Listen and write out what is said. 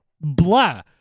blah